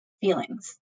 feelings